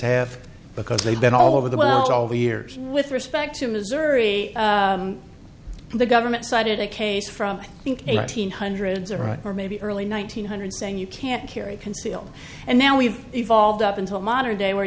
have because they've been all over the world all the years with respect to missouri the government cited a case from eighteen hundreds or a or maybe early one nine hundred saying you can't carry concealed and now we've evolved up into a modern day where